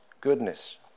goodness